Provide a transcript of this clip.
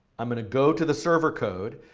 i'm going to go to the server code.